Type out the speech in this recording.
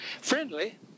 Friendly